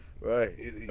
Right